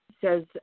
says